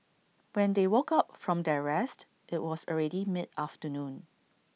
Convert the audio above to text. when they woke up from their rest IT was already mid afternoon